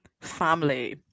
Family